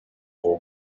were